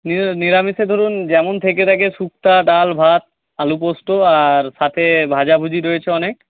নিরামিষে ধরুন যেমন থেকে থাকে শুক্তা ডাল ভাত আলু পোস্ত আর সাথে ভাজাভুজি রয়েছে অনেক